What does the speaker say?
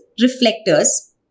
reflectors